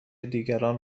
دیگران